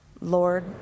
Lord